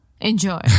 Enjoy